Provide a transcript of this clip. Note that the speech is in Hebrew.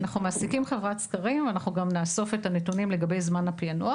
אנחנו מעסיקים חברת סקרים ואנחנו גם נאסוף את הנתונים לגבי זמן הפענוח.